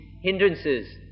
hindrances